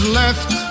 left